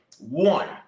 One